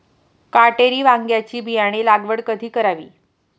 काटेरी वांग्याची बियाणे लागवड कधी करावी?